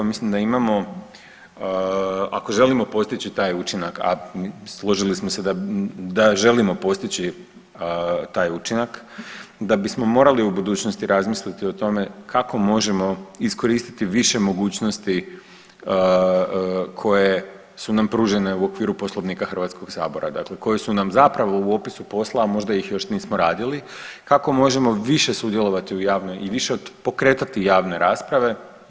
Mislim da imamo ako želimo postići taj učinak, a složili smo se da želimo postići taj učinak da bismo morali u budućnosti razmisliti o tome kako možemo iskoristiti više mogućnosti koje su nam pružene u okviru Poslovnika Hrvatskog sabora, koje su nam zapravo u opisu posla, a možda ih još nismo radili, kako možemo više sudjelovati u javnoj i više pokretati javne rasprave.